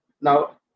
now